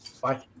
bye